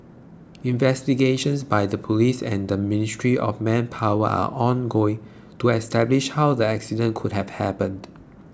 investigations by the police and the Ministry of Manpower are ongoing to establish how the accident could have happened